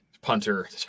punter